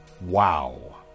Wow